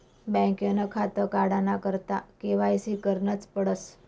बँकनं खातं काढाना करता के.वाय.सी करनच पडस